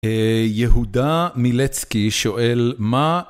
יהודה מילצקי שואל מה